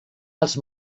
als